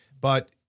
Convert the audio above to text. But-